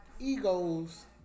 egos